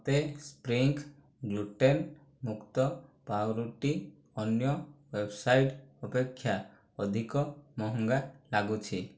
ମୋତେ spring gluten ମୁକ୍ତ ପାଉଁରୁଟି ଅନ୍ୟ ୱେବ୍ସାଇଟ୍ ଅପେକ୍ଷା ଅଧିକ ମହଙ୍ଗା ଲାଗୁଛି